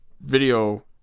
video